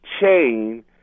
chain